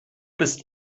bist